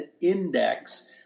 index